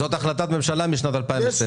זו החלטת ממשלה מ-2012.